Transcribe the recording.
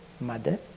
Mother